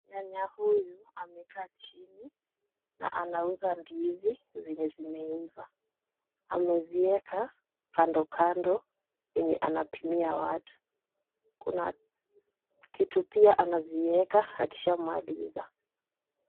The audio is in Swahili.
Nyanya huyu amekaa chini na anauza ndizi zenye zimeiva. Amezieka kando kando yenye anapimia watu. Kuna kitu pia anazieka akishamaliza.